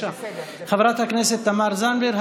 חברת הכנסת תמר זנדברג.